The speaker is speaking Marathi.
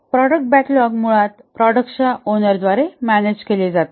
प्रॉडक्ट बॅकलॉग मुळात प्रॉडक्टच्या ओनरद्वारे मॅनेज केले जाते